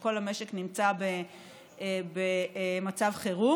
כשכל המשק הנמצא במצב חירום.